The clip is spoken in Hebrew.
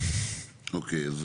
אוקיי.